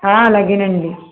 అలాగేనండి